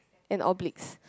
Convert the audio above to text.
and obliques